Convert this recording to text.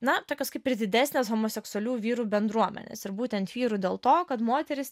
na tokios kaip ir didesnės homoseksualių vyrų bendruomenės ir būtent vyrų dėl to kad moterys